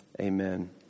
Amen